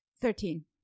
Thirteen